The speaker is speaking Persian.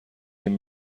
این